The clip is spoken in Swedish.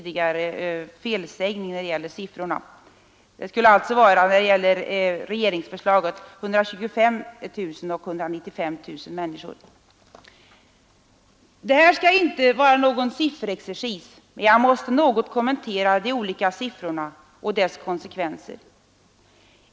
Det här skall inte bli någon sifferexercis men jag måste något kommentera de olika siffrorna och deras konsekvenser.